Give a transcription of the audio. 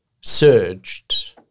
surged